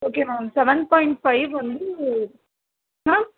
okay ma'am seven point five வந்து ma'am